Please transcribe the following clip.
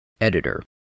Editor